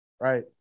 right